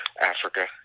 Africa